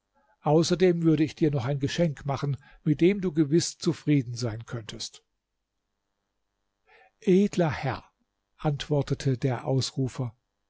außerdem würde ich dir noch ein geschenk machen mit dem du gewiß zufrieden sein könntest edler herr antwortete der ausrufer